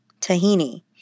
tahini